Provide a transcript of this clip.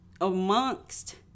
amongst